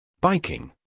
Biking